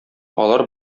алар